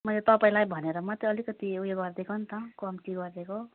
मैले तपाईँलाई भनेर मात्रै अलिकति ऊ यो गरिदिएको नि त कम्ती गरिदिएको